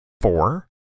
four